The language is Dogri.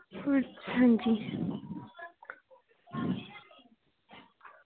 आं जी